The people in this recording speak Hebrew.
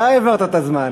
אתה העברת את הזמן.